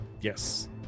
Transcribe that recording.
Yes